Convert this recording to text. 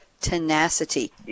tenacity